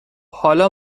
حالا